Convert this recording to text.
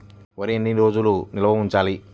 వరి ఎన్ని రోజులు నిల్వ ఉంచాలి?